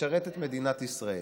לשרת את מדינת ישראל.